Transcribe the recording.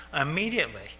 Immediately